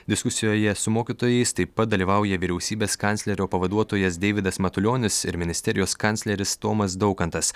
diskusijoje su mokytojais taip pat dalyvauja vyriausybės kanclerio pavaduotojas deividas matulionis ir ministerijos kancleris tomas daukantas